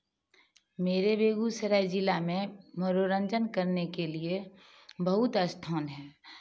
मेरे बेगूसराय जिला में मनोरंजन करने के लिए बहुत स्थान है